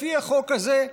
לפי החוק הזה,